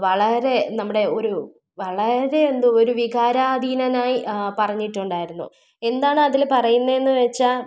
വളരെ നമ്മുടെ ഒരു വളരെ എന്താ ഒരു വികാരധീനനായി പറഞ്ഞിട്ടുണ്ടായിരുന്നു എന്താണ് അതിൽ പറയുന്നതെന്ന് വെച്ചാൽ